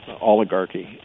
oligarchy